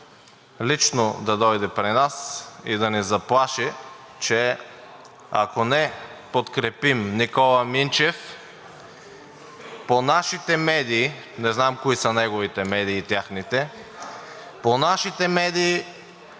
лично да дойде при нас и да ни заплаши, че ако не подкрепим Никола Минчев, „по нашите медии“ – не знам кои са неговите медии – техните, „по нашите медии